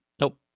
Nope